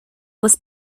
was